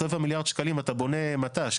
רבע מיליארד שקלים אתה בונה מט"ש,